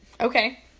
Okay